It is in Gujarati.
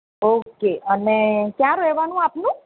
ઓકે અને કયાં રહેવાનું આપનું